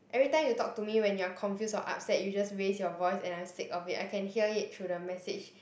every time you talk to me when you're confused or upset you just raise your voice and I'm sick of it I can hear it through the message